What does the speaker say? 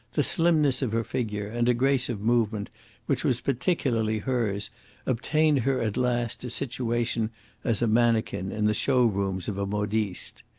the slimness of her figure and a grace of movement which was particularly hers obtained her at last a situation as a mannequin in the show-rooms of a modiste.